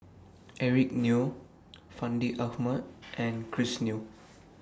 Eric Neo Fandi Ahmad and Chris Yeo